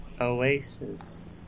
Oasis